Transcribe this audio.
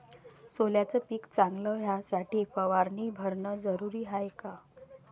सोल्याचं पिक चांगलं व्हासाठी फवारणी भरनं जरुरी हाये का?